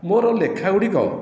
ମୋର ଲେଖା ଗୁଡ଼ିକ